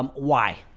um why?